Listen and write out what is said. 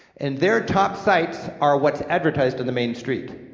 and their top sites are what's advertised on the main street.